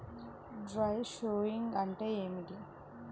Dry sowing అంటే ఏమిటి?